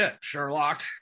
Sherlock